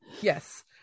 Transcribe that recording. Yes